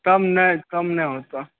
तब नहि तब नहि होतऽ